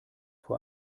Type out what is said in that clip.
vor